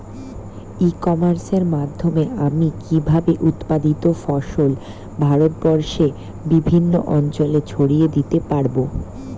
ই কমার্সের মাধ্যমে আমি কিভাবে উৎপাদিত ফসল ভারতবর্ষে বিভিন্ন অঞ্চলে ছড়িয়ে দিতে পারো?